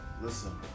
Listen